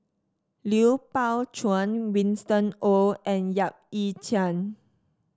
Lui Pao Chuen Winston Oh and Yap Ee Chian